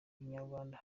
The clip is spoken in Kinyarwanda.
kinyarwanda